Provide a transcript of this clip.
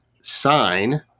sign